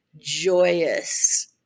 joyous